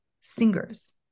singers